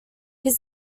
his